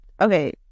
Okay